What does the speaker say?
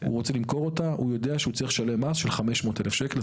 הוא רוצה למכור אותה והוא יודע שהוא יצטרך לשלם מס של 500,000 שקל,